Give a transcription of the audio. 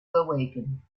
awaken